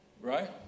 right